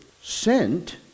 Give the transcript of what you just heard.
sent